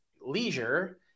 leisure